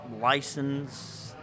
license